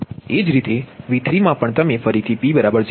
એ જ રીતે V3 મા પણ તમે ફરીથી p0 મૂકો